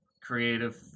creative